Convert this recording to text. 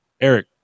Eric